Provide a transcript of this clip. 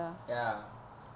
ya